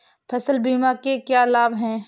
फसल बीमा के क्या लाभ हैं?